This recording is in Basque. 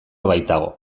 baitago